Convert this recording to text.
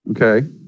Okay